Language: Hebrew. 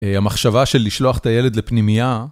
המחשבה של לשלוח את הילד לפנימיה.